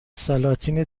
سلاطین